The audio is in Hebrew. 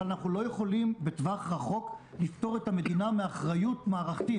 אבל אנחנו לא יכולים בטווח רחוק לפטור את המדינה מאחריות מערכתית.